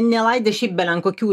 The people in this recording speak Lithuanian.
nelaidė šiaip belenkokių